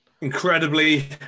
Incredibly